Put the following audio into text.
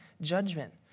judgment